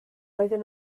roedden